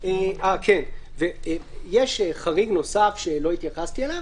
יש חריג נוסף שלא התייחסתי אליו.